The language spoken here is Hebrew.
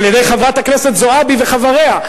על-ידי חברת הכנסת זועבי וחבריה,